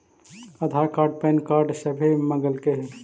आधार card PAN card सभे मगलके हे?